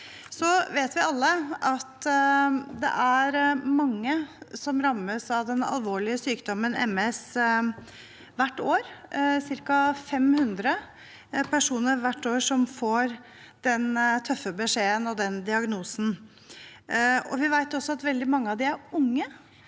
Vi vet alle at det er mange som rammes av den alvorlige sykdommen MS hvert år. Det er cirka 500 personer hvert år som får den tøffe beskjeden og diagnosen. Vi vet også at veldig mange av dem er unge.